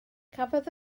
cafodd